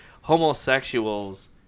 homosexuals